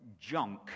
junk